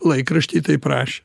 laikrašty taip rašė